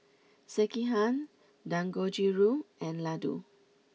Sekihan Dangojiru and Ladoo